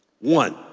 One